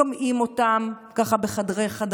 שומעים אותם בחדרי-חדרים.